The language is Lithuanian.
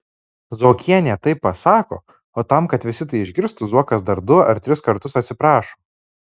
zuokienė taip pasako o tam kad visi tai išgirstų zuokas dar du ar tris kartus atsiprašo